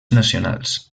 nacionals